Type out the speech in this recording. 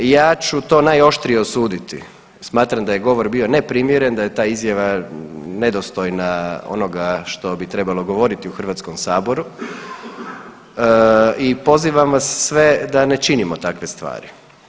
Ja ću to najoštrije osuditi, smatram da je govor bio neprimjeren, da je ta izjava nedostojna onoga što bi trebalo govoriti u HS-u i pozivam vas sve da ne činimo takve stvari.